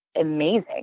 amazing